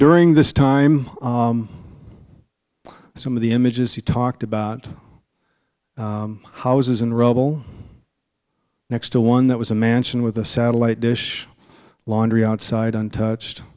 during this time some of the images he talked about houses and rubble next to one that was a mansion with a satellite dish laundry outside untouched